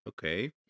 Okay